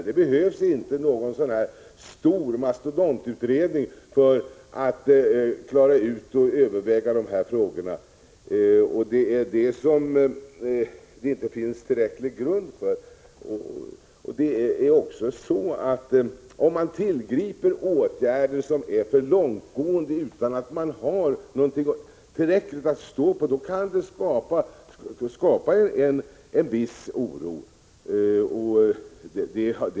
Det behövs inte någon mastodontutredning för att klara ut och överväga dessa frågor. Det finns det inte tillräcklig grund för. Om man tillgriper åtgärder som är för långtgående utan att ha tillräckligt att stå på, kan det skapa en viss oro.